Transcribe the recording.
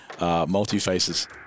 Multi-faces